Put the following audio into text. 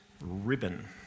ribbon